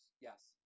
Yes